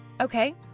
Okay